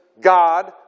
God